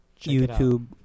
YouTube